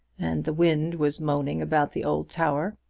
and the wind was moaning about the old tower,